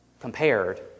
compared